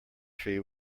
tree